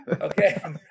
Okay